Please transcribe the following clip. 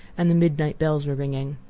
and the midnight bells were ringing.